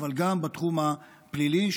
אלא גם בתחום הפלילי,